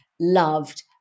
loved